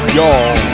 y'all